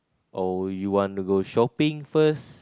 or you want to go shopping first